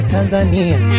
Tanzania